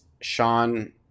Sean